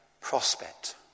prospect